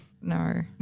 No